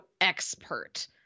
expert